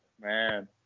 man